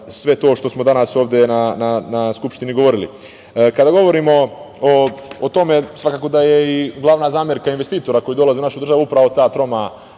sve to što smo danas ovde na Skupštini govorili. Kada govorimo o tome svakako da je i glavna zamerka investitora koji dolaze u našu državu upravo ta troma